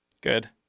Good